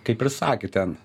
kaip ir sakė ten